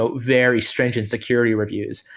ah very stringent security reviews.